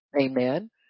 amen